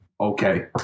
Okay